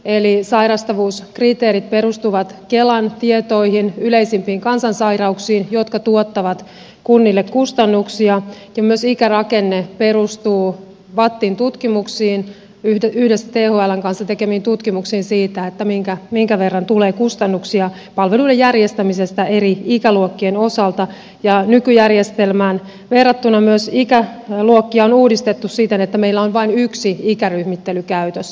sairastavuuskriteerit perustuvat kelan tietoihin yleisimmistä kansansairauksista jotka tuottavat kunnille kustannuksia ja myös ikärakenne perustuu vattin yhdessä thln kanssa tekemiin tutkimuksiin siitä minkä verran tulee kustannuksia palveluiden järjestämisestä eri ikäluokkien osalta ja nykyjärjestelmään verrattuna myös ikäluokkia on uudistettu siten että meillä on vain yksi ikäryhmittely käytössä